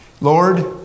Lord